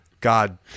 God